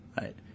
Right